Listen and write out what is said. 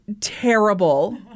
terrible